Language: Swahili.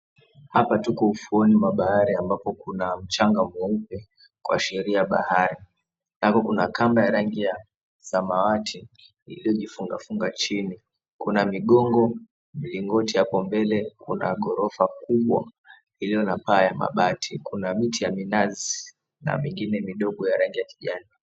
Hapa tuko ufukweni mwa bahari ambapo kuna mchanga mweupe kuashiria bahari. Hapo kuna kamba ya rangi ya samawati iliyojifungafunga chini. Kuna migongo mingoti hapo mbele, kuna gorofa kubwa iliyo na paa ya mabati. Kuna miti ya minazi na mingine midogo ya rangi ya kijani.